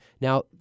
Now